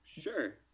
Sure